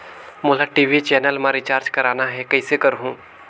मोला TV channel मा recharge करना हे, कइसे करहुँ?